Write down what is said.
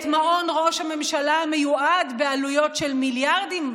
את מעון ראש הממשלה המיועד בעלויות של מיליארדים,